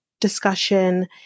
discussion